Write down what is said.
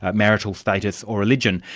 ah marital status or religion.